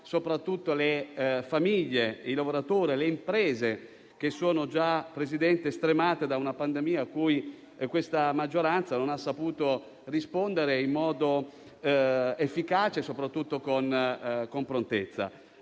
soprattutto le famiglie, i lavoratori e le imprese, che sono già stremati da una pandemia cui questa maggioranza non ha saputo rispondere in modo efficace e con prontezza.